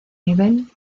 nivel